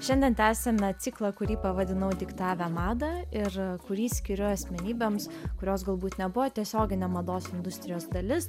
šiandien tęsiame ciklą kurį pavadinau diktavę madą ir kurį skiriu asmenybėms kurios galbūt nebuvo tiesioginė mados industrijos dalis